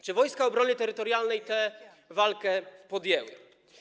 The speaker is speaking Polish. Czy Wojska Obrony Terytorialnej tę walkę podjęły?